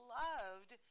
loved –